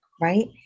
right